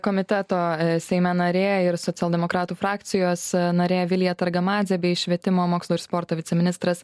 komiteto seime narė ir socialdemokratų frakcijos narė vilija targamadzė bei švietimo mokslo ir sporto viceministras